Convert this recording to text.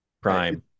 Prime